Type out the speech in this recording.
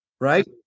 right